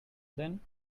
then